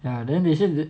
ya then they sure it